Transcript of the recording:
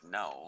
no